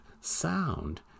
sound